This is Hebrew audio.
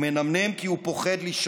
/ הוא מנמנם, כי הוא פוחד לישון.